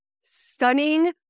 stunning